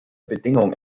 bedingung